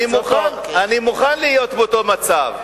אני מוכן להיות באותו מצב.